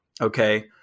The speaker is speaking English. okay